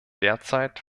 derzeit